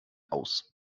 aus